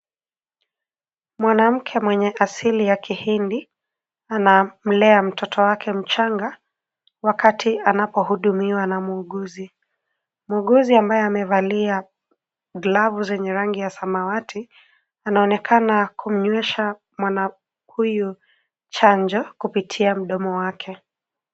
Mwanamke mwenye asili ya kihindi, anamlea mtoto wake mchanga wakati anapohudumiwa na muuguzi , muuguzi ambaye amevalia glavu zenye rangi ya samawati anaonekana kumnywesha mwana huyu chanjo kipitia mdomo wake.